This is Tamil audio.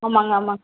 ஆமாங்க ஆமாம்